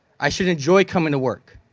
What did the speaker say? i should enjoy coming to work.